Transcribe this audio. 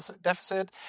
deficit